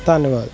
ਧੰਨਵਾਦ